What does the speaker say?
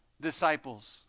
disciples